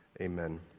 Amen